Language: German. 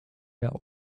wir